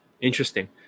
Interesting